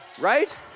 Right